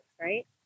right